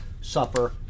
suffer